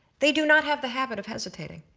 they do not have the habit of hesitating